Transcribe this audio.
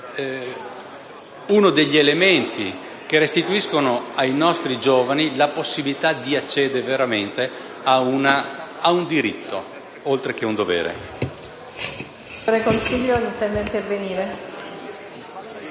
uno degli elementi che restituiscono ai nostri giovani la possibilità di accedere veramente a un diritto, oltre che a un dovere.